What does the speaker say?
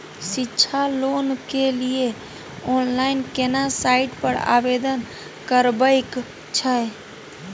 शिक्षा लोन के लिए ऑनलाइन केना साइट पर आवेदन करबैक छै?